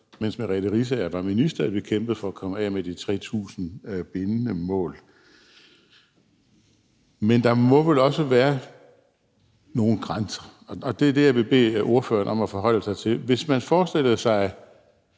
mens Merete Riisager var minister, kæmpede for at komme af med de 3.000 bindende mål. Men der må vel også være nogle grænser, og det er det, jeg vil bede ordføreren om at forholde sig til. Hvis man forestillede sig